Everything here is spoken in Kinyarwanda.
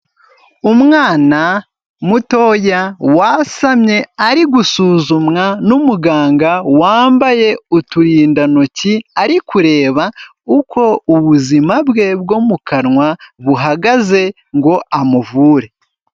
Umwana mutoya wasamye ari gusuzumwa n'umuganga wambaye uturindantoki, ari kureba uko ubuzima bwe bwo mu kanwa buhagaze ngo amuvure.